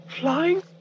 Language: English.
Flying